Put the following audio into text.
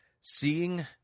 seeing